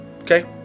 Okay